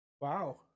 wow